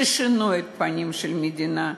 ששינו את פני המדינה,